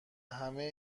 همه